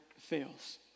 fails